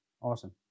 awesome